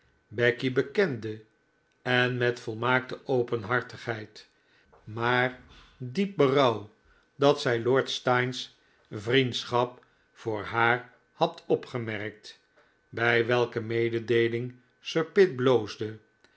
becky bekende en met volmaakte openhartigheid maar diep berouw dat zij lord steyne's vriendschap voor haar had opgemerkt bij welke mededeeling sir pitt bloosde